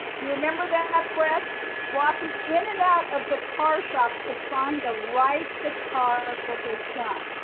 you remember that, fred? walking in and out of guitar shops to find the right guitar for his son.